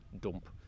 dump